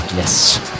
Yes